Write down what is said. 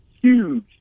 huge